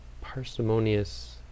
parsimonious